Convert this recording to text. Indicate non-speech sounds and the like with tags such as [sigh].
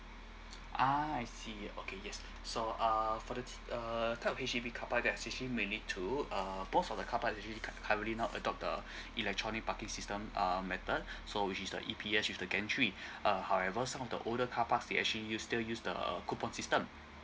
ah I see okay yes so uh for the t~ uh type of H_D_B they're usually manage to uh both of the carpark is usually c~ currently not adopt the [breath] electronic parking system um method [breath] so which is the E_P_S with the gantry [breath] uh however some of the older carpark they actually use still use the uh coupon system